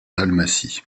dalmatie